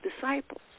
disciples